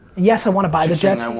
yes, i want to buy the jets.